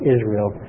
Israel